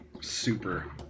super